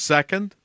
Second